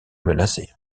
menacée